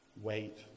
Wait